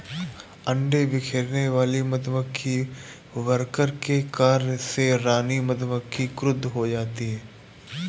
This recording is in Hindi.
अंडे बिखेरने वाले मधुमक्खी वर्कर के कार्य से रानी मधुमक्खी क्रुद्ध हो जाती है